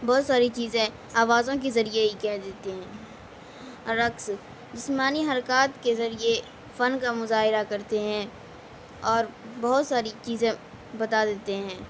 بہت ساری چیزیں آوازوں کے ذریعے ہی کہہ دیتے ہیں رقص جسمانی حرکات کے ذریعے فن کا مظاہرہ کرتے ہیں اور بہت ساری چیزیں بتا دیتے ہیں